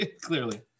Clearly